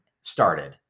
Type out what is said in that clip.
started